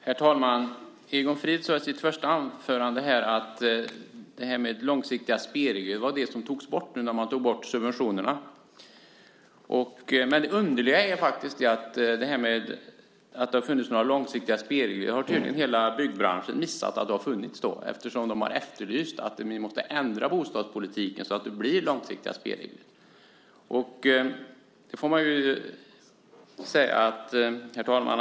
Herr talman! Egon Frid sade i sitt första anförande att långsiktiga spelregler togs bort när man tog bort subventionerna. Men det underliga är att hela byggbranschen tydligen har missat att det har funnits några långsiktiga spelregler, eftersom de har efterlyst en ändring av bostadspolitiken så att det blir långsiktiga spelregler. Herr talman!